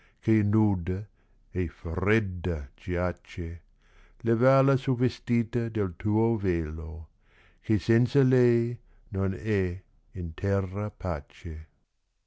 e fredda giace levala su vestita del tuo velo che senza lei non h in terra pace